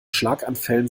schlaganfällen